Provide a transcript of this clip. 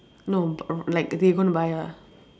no b~ like they going to buy ah